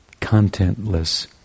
contentless